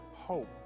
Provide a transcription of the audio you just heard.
hope